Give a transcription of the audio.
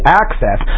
access